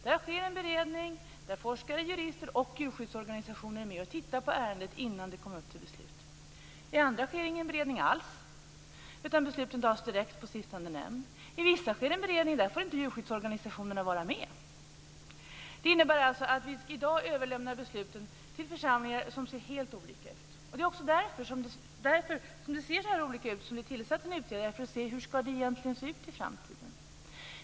Där sker en beredning där forskare, jurister och djurskyddsorganisationer är med och bedömer ärendet innan det kommer upp till beslut. I andra sker ingen beredning alls, utan beslutet fattas direkt i sittande nämnd. I vissa sker en beredning, men där får inte djurskyddsorganisationerna vara med. Det innebär alltså att vi i dag överlämnar besluten till församlingar som ser helt olika ut. Det är också på grund av att det ser så här olika ut som vi tillsatt en utredning för att få veta hur det egentligen skall se ut i framtiden.